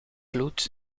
vloed